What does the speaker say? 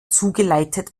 zugeleitet